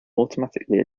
automatically